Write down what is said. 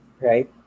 Right